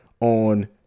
on